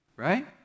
Right